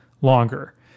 longer